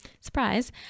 Surprise